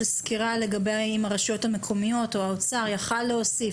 סקירה לגבי האם הרשויות המקומיות או האוצר יכול להוסיף,